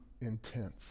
intense